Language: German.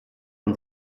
und